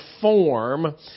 form